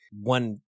One